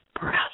Breath